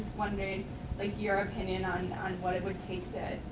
like your opinion on what it would take to.